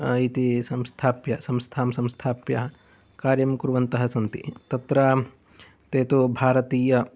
संस्थाप्य संस्थां संस्थाप्य कार्यं कुर्वन्तः सन्ति तत्र ते तु भारतीय